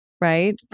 Right